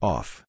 Off